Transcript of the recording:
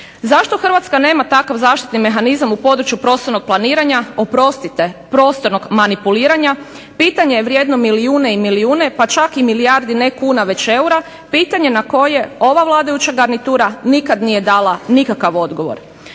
Zašto Hrvatska nema takav zaštitni mehanizam u području prostornog planiranja, oprostite, prostornog manipuliranja, pitanje je vrijedno milijune i milijune pa čak i milijarde ne kuna već eura, pitanje na koja ova vladajuća garnitura nikada nije dala nikakav odgovor.